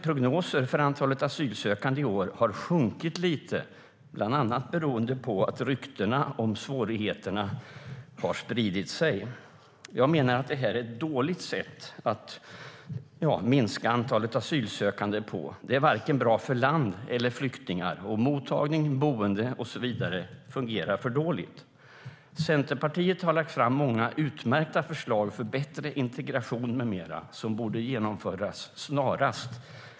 Prognoserna för antalet asylsökande i år har sjunkit lite, bland annat beroende på att ryktena om svårigheterna har spridit sig. Jag menar att det här är ett dåligt sätt att minska antalet asylsökande på. Det är inte bra för vare sig land eller flyktingar om mottagning, boende och så vidare fungerar för dåligt. Centerpartiet har lagt fram många utmärkta förslag för bättre integration med mera som borde genomföras snarast.